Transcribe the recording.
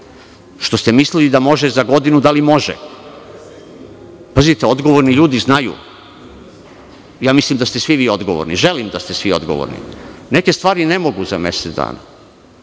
Što ste mislili za godinu, da li može? Pazite, odgovorni ljudi znaju, Mislim da ste svi vi odgovorni, želim da ste svi odgovorni. Neke stvari ne mogu za mesec dana,